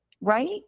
right